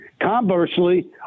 Conversely